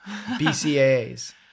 BCAAs